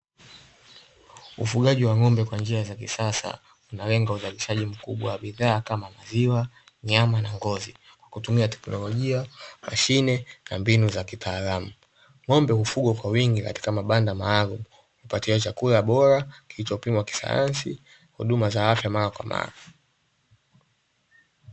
Ufugaji wa ng'ombe kwa njia za kisasa unalenga uzalishaji mkubwa bidhaa kama maziwa nyama na ngozi kwa kutumia teknolojia mashine na mbinu za kitaalamu ng'ombe hufugwa kwa wingi katika mabanda maalum kupatia chakula bora kilichopimwa kisayansi huduma za afya mara kwa mara.